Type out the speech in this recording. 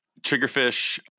Triggerfish